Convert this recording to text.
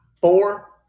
four